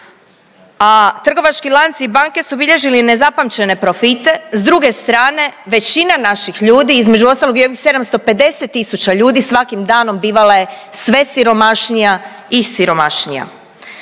a trgovački lanci i banke su bilježili nezapamćene profite, s druge strane većina naših ljudi, između ostalog 750 tisuća ljudi svakim danom bivala je sve siromašnija i siromašnija.